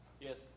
Yes